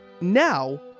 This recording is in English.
Now